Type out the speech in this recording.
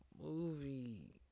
movie